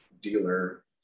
dealer